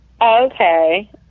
Okay